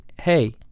hey